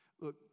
Look